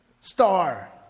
star